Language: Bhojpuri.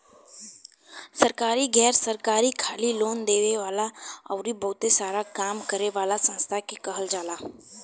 सरकारी, गैर सरकारी, खाली लोन देवे वाला अउरी बहुते सारा काम करे वाला संस्था के कहल जाला